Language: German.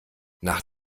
nach